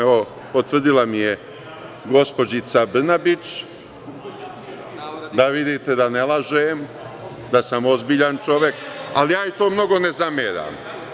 Evo, potvrdila mi je gospođica Brnabić, da vidite da ne lažem, da sam ozbiljan čovek, ali ja joj to mnogo ne zameram.